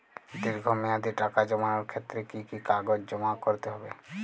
দীর্ঘ মেয়াদি টাকা জমানোর ক্ষেত্রে কি কি কাগজ জমা করতে হবে?